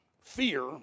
fear